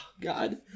God